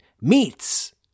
meets